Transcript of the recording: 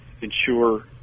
ensure